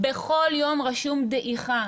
בכל יום רשום דעיכה,